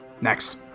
Next